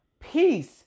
Peace